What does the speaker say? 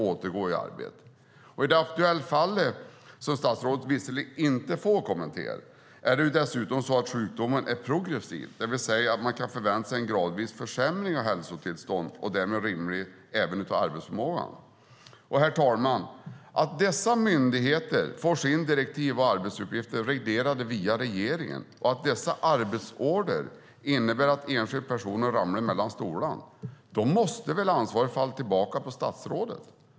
I det aktuella fallet, som statsrådet visserligen inte får kommentera, är det dessutom så att sjukdomen är progressiv. Man kan alltså förvänta sig en gradvis försämring av hälsotillståndet och därmed rimligen av arbetsförmågan. Herr talman! Att dessa myndigheter får sina direktiv och arbetsuppgifter reglerade via regeringen och att dessa arbetsorder innebär att enskilda personer ramlar mellan stolarna måste väl innebära att ansvaret faller tillbaka på statsrådet.